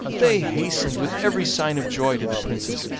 they hastened with every sign of joy to the princess,